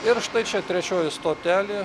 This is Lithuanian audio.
ir štai čia trečioji stotelė